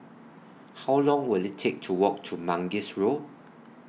How Long Will IT Take to Walk to Mangis Road